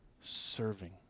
serving